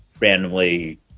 randomly